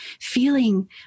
feeling